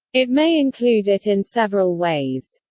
it may include it in several ways.